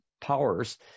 powers